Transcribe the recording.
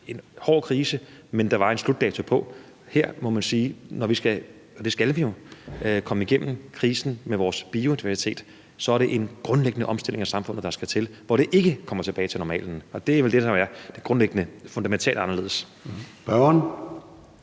en hård krise, men som der var en slutdato på. Her må man sige, at når vi skal – og det skal vi jo – komme igennem krisen for vores biodiversitet, så er det en grundlæggende omstilling af samfundet, der skal til, hvor det ikke kommer tilbage til normalen. Det er vel det, som er det grundlæggende og fundamentalt anderledes. Kl.